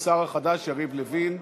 השר החדש יריב לוין.